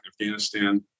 Afghanistan